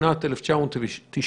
בשנת 1999